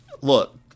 Look